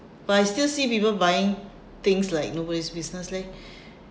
but I still see people buying things like nobody's business leh